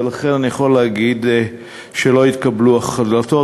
ולכן אני יכול להגיד שלא התקבלו החלטות,